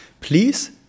please